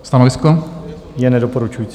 Stanovisko je nedoporučující.